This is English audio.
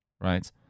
Right